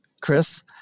Chris